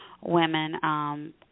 women –